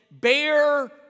bear